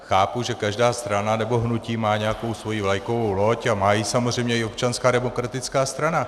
Chápu, že každá strana nebo hnutí má nějakou svoji vlajkovou loď a má ji samozřejmě i Občanská demokratická strana.